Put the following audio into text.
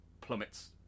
plummets